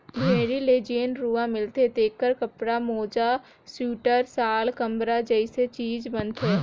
भेड़ी ले जेन रूआ मिलथे तेखर कपड़ा, मोजा सिवटर, साल, कमरा जइसे चीज बनथे